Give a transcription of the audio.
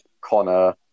Connor